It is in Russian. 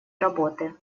работы